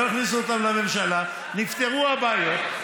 נפתרו הבעיות,